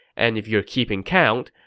and if you're keeping count,